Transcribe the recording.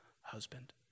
husband